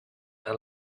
and